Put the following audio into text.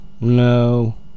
no